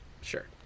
Sure